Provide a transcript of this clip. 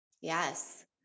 Yes